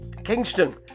Kingston